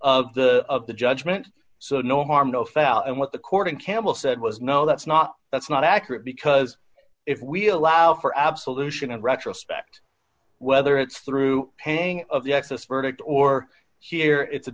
of the of the judgment so no harm no foul and what the court and campbell said was no that's not that's not accurate because if we allow for absolution in retrospect whether it's through paying of the excess verdict or here it's a